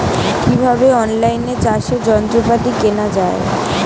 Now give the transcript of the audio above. কিভাবে অন লাইনে চাষের যন্ত্রপাতি কেনা য়ায়?